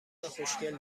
خوشکل